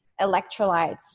electrolytes